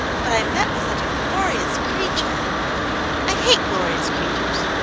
but i met with such a glorious creature i hate glorious creatures!